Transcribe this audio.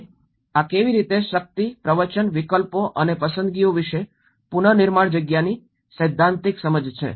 અને આ કેવી રીતે શક્તિ પ્રવચન વિકલ્પો અને પસંદગીઓ વિશે પુનર્નિર્માણ જગ્યાની સૈદ્ધાંતિક સમજ છે